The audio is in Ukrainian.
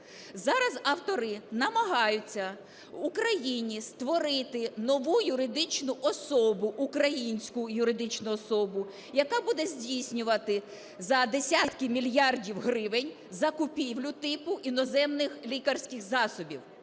Зараз автори намагаються в Україні створити нову юридичну особу, українську юридичну особу, яка буде здійснювати за десятки мільярдів гривень закупівлю типу іноземних лікарських засобів.